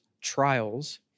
trials